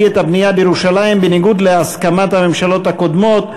את הבנייה בירושלים בניגוד להסכמת הממשלות הקודמות.